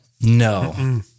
No